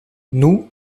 nous